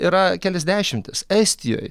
yra kelias dešimtis estijoj